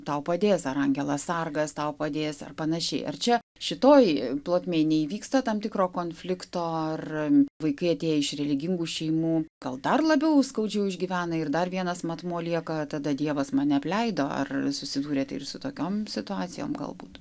tau padės ar angelas sargas tau padės ar panašiai ar čia šitoj plotmėj neįvyksta tam tikro konflikto ar vaikai atėję iš religingų šeimų gal dar labiau skaudžiau išgyvena ir dar vienas matmuo lieka tada dievas mane apleido ar susidūrėte su tokiom situacijom galbūt